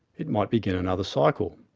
it might begin another cycle.